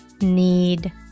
need